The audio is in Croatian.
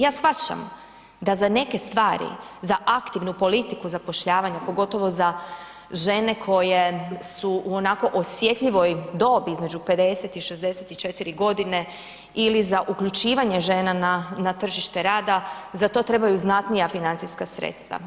Ja shvaćam da za neke stvari, za aktivnu politiku zapošljavanja pogotovo za žene koje su onako u osjetljivoj dobi između 50 i 64 godine ili za uključivanje žena na tržište rada, za to trebaju znatnija financijska sredstva.